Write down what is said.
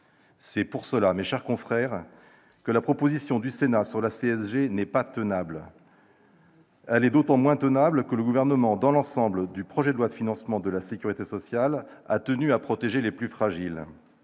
C'est pour cette raison, mes chers collègues, que la proposition du Sénat sur la CSG n'est pas tenable. Elle l'est d'autant moins que le Gouvernement, à travers l'ensemble du projet de loi de financement de la sécurité sociale pour 2018, a tenu à protéger les plus fragiles